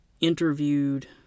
interviewed